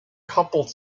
coupled